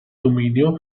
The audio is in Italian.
dominio